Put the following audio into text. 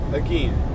again